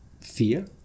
fear